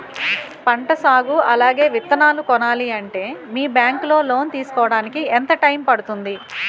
పంట సాగు అలాగే విత్తనాలు కొనాలి అంటే మీ బ్యాంక్ లో లోన్ తీసుకోడానికి ఎంత టైం పడుతుంది?